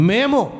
Memo